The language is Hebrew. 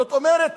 זאת אומרת,